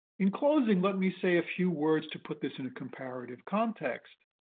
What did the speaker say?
in closing, let me say a few words to put this in a comparative context.